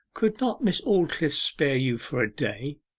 could not miss aldclyffe spare you for a day?